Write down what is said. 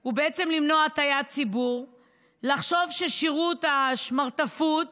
היא למנוע הטעיית ציבור לחשוב ששירות השמרטפות